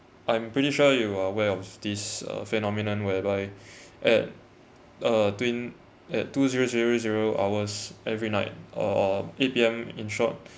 I'm pretty sure you are aware of this uh phenomenon whereby at uh twen~ at two zero zero zero hours every night or or eight P_M in short